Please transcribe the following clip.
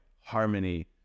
harmony